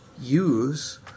use